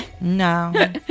No